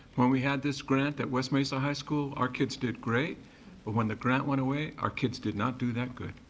when we had this grant at west mesa high school our kids did great but when the grant went away, our kids did not do that good.